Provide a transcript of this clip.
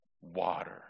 Water